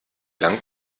lang